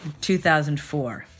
2004